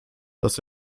dass